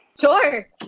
Sure